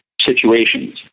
situations